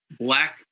black